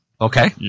Okay